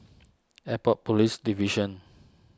Airport Police Division